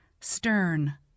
stern